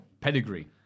pedigree